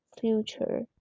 future